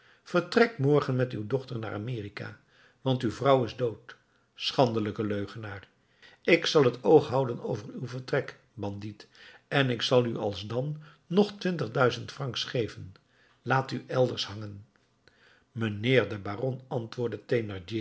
vertrek morgen met uw dochter naar amerika want uw vrouw is dood schandelijke leugenaar ik zal t oog houden over uw vertrek bandiet en ik zal u alsdan nog twintigduizend francs geven laat u elders hangen mijnheer de baron antwoordde